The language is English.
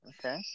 Okay